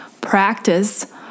practice